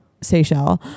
Seychelles